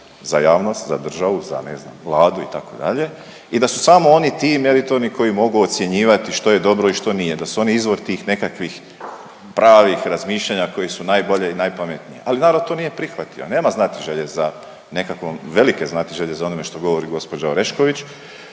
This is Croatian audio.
za javnost, za državu, za ne znam Vladu itd. i da su oni ti meritorni koji mogu ocjenjivati što je dobro i što nije da su oni izvor tih nekakvih pravih razmišljanja koji su najbolje i najpametnije. Ali narod to nije prihvatio, nema znatiželje za nekakvom, velike znatiželje za onime što govori gospođa Orešković